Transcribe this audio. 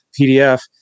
PDF